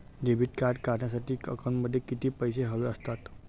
Debit card काढण्यासाठी अकाउंटमध्ये किती पैसे हवे असतात?